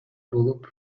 болуп